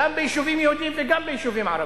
גם ביישובים יהודיים וגם ביישובים ערביים.